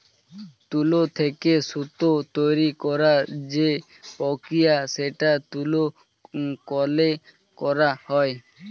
তুলো থেকে সুতো তৈরী করার যে প্রক্রিয়া সেটা তুলো কলে করা হয়